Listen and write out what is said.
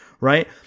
Right